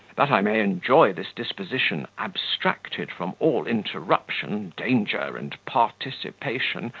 that i may enjoy this disposition, abstracted from all interruption, danger, and participation,